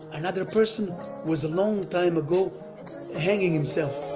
another person was a long time ago hanging himself.